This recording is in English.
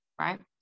right